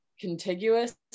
contiguous